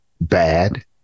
bad